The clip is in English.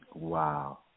Wow